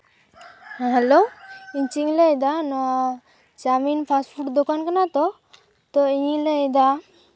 ᱦᱮᱸ ᱦᱮᱞᱳ ᱤᱧ ᱪᱮᱫ ᱤᱧ ᱞᱟᱹᱭᱫᱟ ᱱᱚᱣᱟ ᱪᱟᱣᱢᱤᱱ ᱯᱷᱟᱥᱴ ᱯᱷᱩᱰ ᱫᱚᱠᱟᱱ ᱠᱟᱱᱟ ᱛᱚ ᱛᱚ ᱤᱧᱤᱧ ᱞᱟᱹᱭᱮᱫᱟ